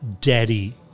daddy